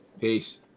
Peace